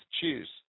Choose